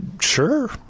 sure